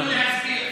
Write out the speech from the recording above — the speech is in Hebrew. סגן השר,